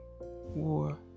war